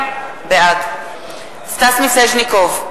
בעד סטס מיסז'ניקוב,